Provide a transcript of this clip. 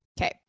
Okay